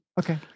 Okay